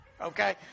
Okay